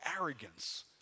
arrogance